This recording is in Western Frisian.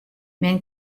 men